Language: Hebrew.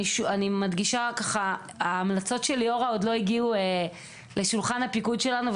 אני מדגישה: ההמלצות של ליאורה עדיין לא הגיעו לשולחן הפיקוד שלנו,